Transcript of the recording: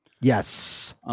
Yes